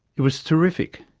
it was terrific,